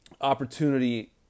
opportunity